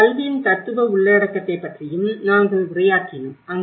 பின்னர் கல்வியின் தத்துவ உள்ளடக்கத்தைப் பற்றியும் நாங்கள் உரையாற்றினோம்